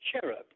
cherub